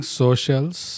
socials